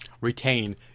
retain